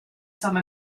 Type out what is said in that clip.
some